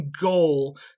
goal